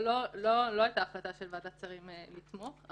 לא הייתה החלטה של ועדת שרים לתמוך בזה.